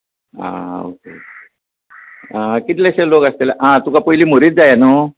आं ओके कितलेशे लोक आसतले आं तुका पयलीं म्हूर्त जाय न्हू